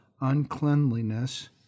uncleanliness